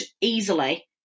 easily